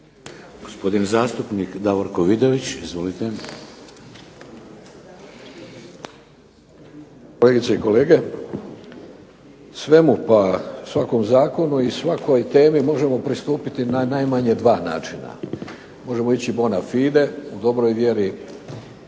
Gospodin zastupnik Davorko Vidović. Izvolite. **Vidović, Davorko (SDP)** Kolegice i kolege. Svemu pa svakom zakonu i svakoj temi možemo pristupiti na najmanje dva načina. Možemo ići bona fide, u dobroj vjeri